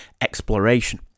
exploration